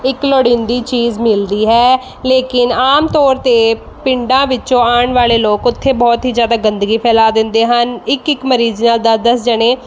ਇੱਕ ਲੋੜੀਂਦੀ ਚੀਜ਼ ਮਿਲਦੀ ਹੈ ਲੇਕਿਨ ਆਮ ਤੌਰ 'ਤੇ ਪਿੰਡਾਂ ਵਿੱਚੋਂ ਆਉਣ ਵਾਲੇ ਲੋਕ ਉੱਥੇ ਬਹੁਤ ਹੀ ਜ਼ਿਆਦਾ ਗੰਦਗੀ ਫੈਲਾ ਦਿੰਦੇ ਹਨ ਇੱਕ ਇੱਕ ਮਰੀਜ਼ ਨਾਲ਼ ਦਸ ਦਸ ਜਣੇ